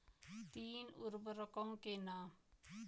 तीन उर्वरकों के नाम?